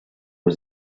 was